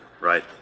Right